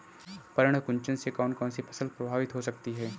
पर्ण कुंचन से कौन कौन सी फसल प्रभावित हो सकती है?